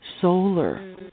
solar